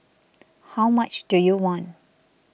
how much do you want